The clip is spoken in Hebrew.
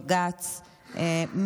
בג"ץ,